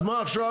אז מה עכשיו?